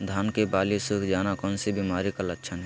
धान की बाली सुख जाना कौन सी बीमारी का लक्षण है?